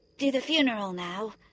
do the funeral now?